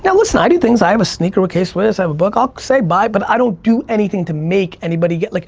and i do things, i have a sneaker with k swiss, i have a book, i'll say buy but i don't do anything to make anybody get, like